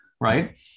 Right